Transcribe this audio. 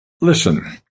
listen